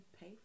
pay